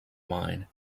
mine